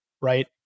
right